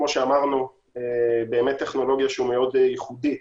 כמו שאמרנו באמת טכנולוגיה שהיא מאוד ייחודית.